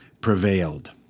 prevailed